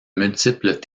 multiples